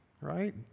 Right